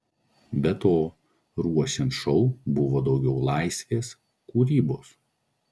be to ruošiant šou buvo daugiau laisvės kūrybos